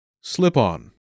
Slip-on